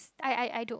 I I I don't